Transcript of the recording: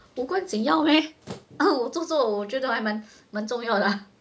无关紧要 meh 做作我觉得还蛮蛮重要的 ah